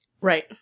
right